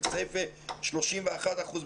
בכסייפה, 31 אחוזים.